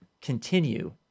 continue